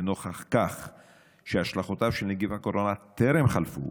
לנוכח זה שהשלכותיו של נגיף הקורונה טרם חלפו,